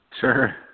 Sure